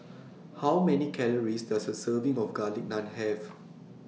How Many Calories Does A Serving of Garlic Naan Have